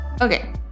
Okay